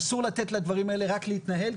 אסור לתת לדברים האלה רק להתנהל,